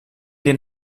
den